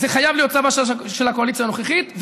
זה חייב להיות צו השעה של הקואליציה הנוכחית,